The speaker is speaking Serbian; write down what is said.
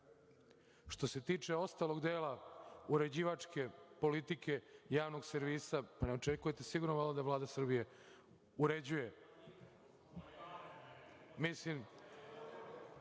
Što se tiče ostalog dela uređivačke politike javnog servisa, ne očekujte valjda da Vlada Srbije uređuje. Postoje